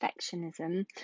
perfectionism